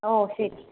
ഓ ശരി ശരി